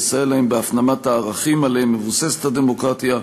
לסייע להם בהפנמת הערכים שעליהם מבוססת הדמוקרטיה,